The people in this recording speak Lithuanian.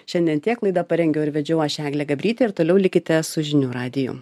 šiandien tiek laidą parengiau ir vedžiau aš eglė gabrytė ir toliau likite su žinių radiju